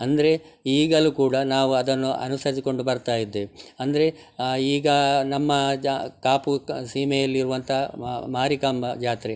ಅಂದರೆ ಈಗಲು ಕೂಡ ನಾವು ಅದನ್ನು ಅನುಸರಿಸಿಕೊಂಡು ಬರ್ತಾಯಿದ್ದೇವೆ ಅಂದರೆ ಈಗ ನಮ್ಮ ಜ ಕಾಪು ಸೀಮೆಯಲ್ಲಿ ಇರುವಂತಹ ಮಾರಿಕಾಂಬಾ ಜಾತ್ರೆ